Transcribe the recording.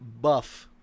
buff